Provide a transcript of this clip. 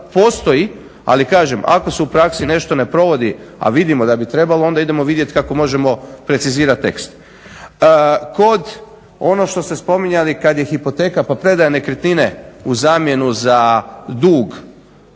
postoji ali kažem ako se u praksi nešto ne provodi a vidimo da bi trebalo onda idemo vidjeti kako možemo precizirati tekst. Kod ono što ste spominjali kada je hipoteka pa predaja nekretnine u zamjenu za dug,